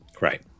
Right